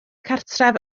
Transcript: cartref